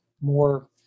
more